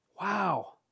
Wow